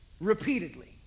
repeatedly